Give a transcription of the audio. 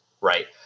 right